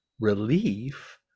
relief